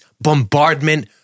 bombardment